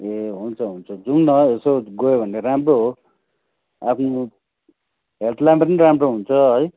ए हुन्छ हुन्छ जाउँ न हौ यसो गयो भने राम्रो हो आफ्नो हेल्थलाई पनि राम्रो हुन्छ है